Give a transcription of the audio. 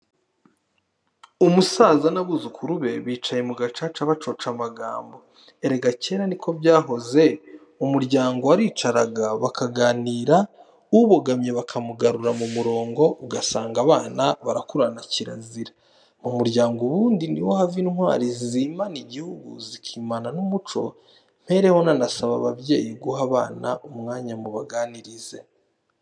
Umusaza n'abuzukuru be bicaye mu gacaca bacoca amagambo. Erega kera niko byahoze umuryango waricaraga bakaganira, ubogamye bakamugarura mu murongo, ugasanga abana barakurana kirazira. Mu muryango ubundi niho hava intwari zimana igihugu zikimana n'umuco, mpereho nanasaba ababyeyi guha abana umwanya mubaganirize.